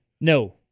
No